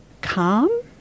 calm